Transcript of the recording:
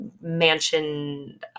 mansion